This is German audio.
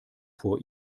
vor